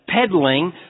peddling